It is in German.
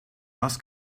das